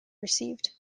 received